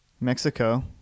mexico